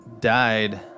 died